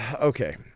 okay